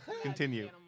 Continue